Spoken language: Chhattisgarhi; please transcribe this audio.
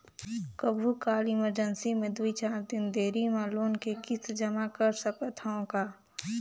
कभू काल इमरजेंसी मे दुई चार दिन देरी मे लोन के किस्त जमा कर सकत हवं का?